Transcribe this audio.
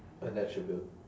an attribute